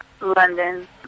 London